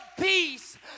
peace